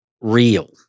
real